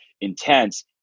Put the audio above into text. intense